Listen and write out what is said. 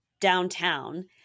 downtown